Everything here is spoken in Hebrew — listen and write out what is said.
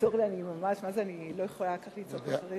תעזור לי, אני ממש לא יכולה כך לצעוק.